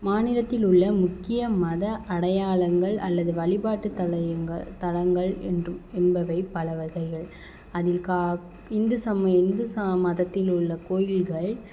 மாநிலத்தில் உள்ள முக்கிய மத அடையாளங்கள் அல்லது வழிபாட்டுத் தலையங்கள் தலங்கள் என்றும் என்பவை பல வகைகள் அதில் கா இந்து சமய இந்து சா மதத்தில் உள்ள கோயில்கள்